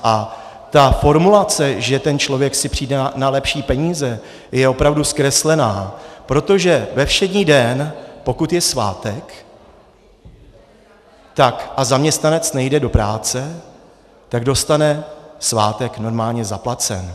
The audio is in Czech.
A formulace, že ten člověk si přijde na lepší peníze, je opravdu zkreslená, protože ve všední den, pokud je svátek a zaměstnanec nejde do práce, tak dostane svátek normálně zaplacený.